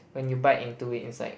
when you bite into it inside